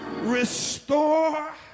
restore